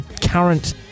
current